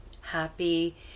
happy